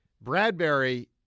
Bradbury